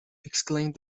exclaimed